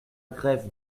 grève